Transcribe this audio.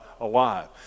alive